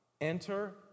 Enter